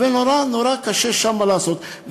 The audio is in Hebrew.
ונורא נורא קשה שם לעשות,